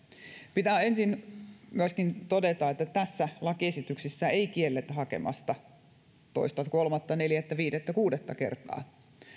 pitää ensin myöskin todeta että tässä lakiesityksessä ei kielletä hakemasta toista kolmatta neljättä viidettä tai kuudetta kertaa